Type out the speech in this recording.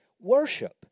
worship